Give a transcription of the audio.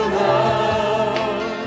love